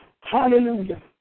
hallelujah